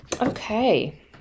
Okay